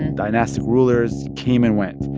and dynastic rulers came and went.